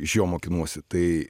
iš jo mokinuosi tai